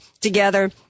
together